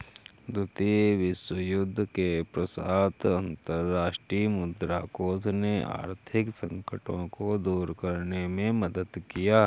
द्वितीय विश्वयुद्ध के पश्चात अंतर्राष्ट्रीय मुद्रा कोष ने आर्थिक संकटों को दूर करने में मदद किया